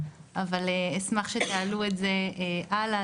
אבל אשמח שתעלו את זה הלאה,